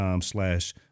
slash